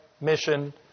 mission